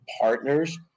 partners